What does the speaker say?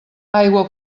aigua